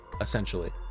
essentially